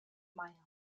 mild